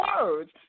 words